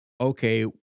okay